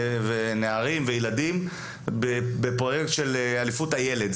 נערים וילדים בפרויקט של "אליפות הילד",